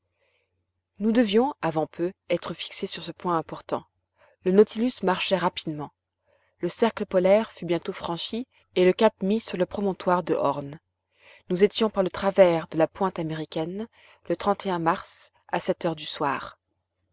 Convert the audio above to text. nous devions avant peu être fixés sur ce point important le nautilus marchait rapidement le cercle polaire fut bientôt franchi et le cap mis sur le promontoire de horn nous étions par le travers de la pointe américaine le mars à sept heures du soir